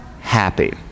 happy